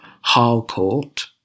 harcourt